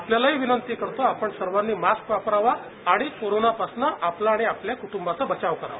आपल्याही विनंती करतो कि आपण सगळ्यानी मास्क वापरावा आणि कोरोना पासनं आपलं आणि आपल्या क्टूंबाचा बचाव करावा